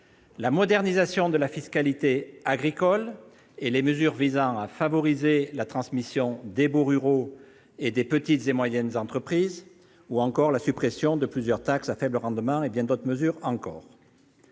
la modernisation de la fiscalité agricole, les mesures visant à favoriser la transmission des baux ruraux des petites et moyennes entreprises, la suppression de plusieurs taxes à faible rendement, et bien d'autres mesures encore.